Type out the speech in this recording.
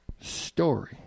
story